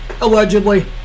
allegedly